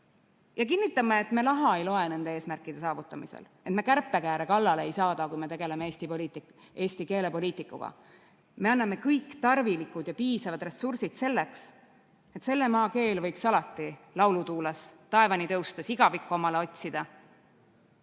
Ja kinnitame, et me nende eesmärkide saavutamisel raha ei loe, et me kärpekääre kallale ei saada, kui me tegeleme eesti keele poliitikaga. Me anname kõik tarvilikud ja piisavad ressursid selleks, et selle maa keel võiks alati laulutuules taevani tõustes igavikku omale otsida.